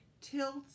Tilts